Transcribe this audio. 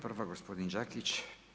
Prva gospodin Đakić.